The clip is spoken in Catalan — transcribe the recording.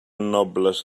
nobles